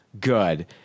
good